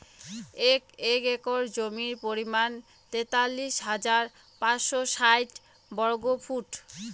এক একর জমির পরিমাণ তেতাল্লিশ হাজার পাঁচশ ষাইট বর্গফুট